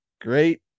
great